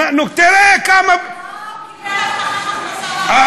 לא, הוא קיבל הבטחת הכנסה, אתה רואה?